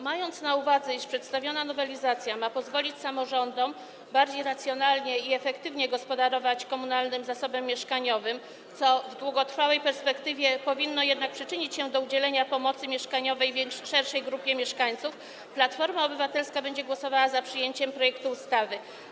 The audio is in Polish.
Mając na uwadze, iż przedstawiona nowelizacja ma pozwolić samorządom bardziej racjonalnie i efektywnie gospodarować komunalnym zasobem mieszkaniowym, co w długotrwałej perspektywie powinno jednak przyczynić się do udzielenia pomocy mieszkaniowej szerszej grupie mieszkańców, Platforma Obywatelska będzie głosowała za przyjęciem projektu ustawy.